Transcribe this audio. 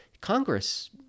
Congress